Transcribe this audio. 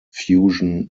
fusion